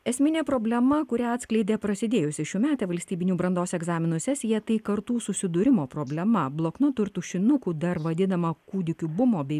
esminė problema kurią atskleidė prasidėjusi šiųmetė valstybinių brandos egzaminų sesija tai kartų susidūrimo problema bloknotu ir tušinukų dar vadinama kūdikių bumo bei